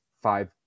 Five